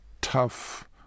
tough